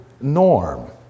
norm